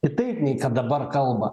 kitaip nei kad dabar kalba